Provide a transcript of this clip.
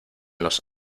los